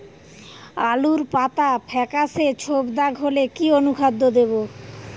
আলুর পাতা ফেকাসে ছোপদাগ হলে কি অনুখাদ্য দেবো?